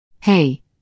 Hey